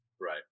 right